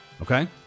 Okay